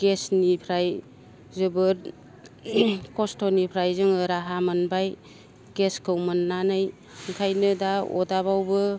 गेसनिफ्राय जोबोद खस्त'निफ्राय जोङो राहा मोनबाय गेसखौ मोननानै ओंखायनो दा अरदाबावबो